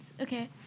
Okay